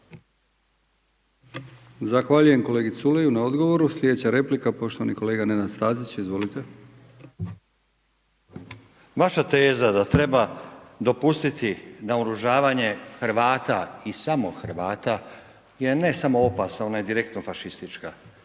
Zahvaljujem kolegi Culeju. Sljedeća replika poštovani kolega Nenad Stazić. Izvolite. **Stazić, Nenad (SDP)** Vaša teza da treba dopustiti naoružavanje Hrvata i samo Hrvata je ne samo opasna ona je direktno fašistička.